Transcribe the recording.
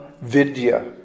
Vidya